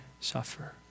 suffer